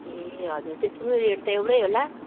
ए हजुर त्यसको पनि रेट त एउटै होला